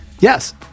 Yes